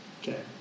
Okay